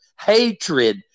hatred